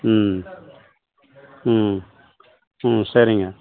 ம் ம் ம் சரிங்க